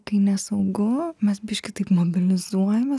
kai nesaugu mes biškį taip mobilizuojamės